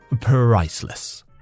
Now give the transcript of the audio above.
Priceless